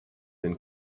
been